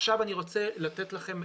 אני רוצה לתת לכם